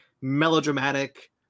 melodramatic